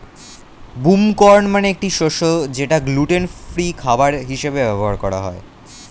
broom corn মানে একটি শস্য যেটা গ্লুটেন ফ্রি খাবার হিসেবে ব্যবহার হয়